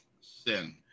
Sin